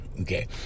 okay